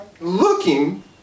looking